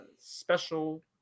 special